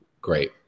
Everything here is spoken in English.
great